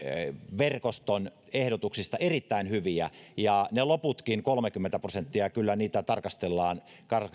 verkoston ehdotuksista ne ovat erittäin hyviä ja ne loputkin kolmekymmentä prosenttia kyllä niitä tarkastellaan